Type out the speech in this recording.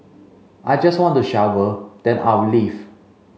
I just want to shower then I'll leave